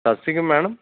ਸਤਿ ਸ਼੍ਰੀ ਅਕਾਲ ਮੈਡਮ